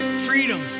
Freedom